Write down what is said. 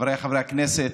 חבריי חברי הכנסת,